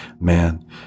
man